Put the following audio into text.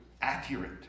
accurate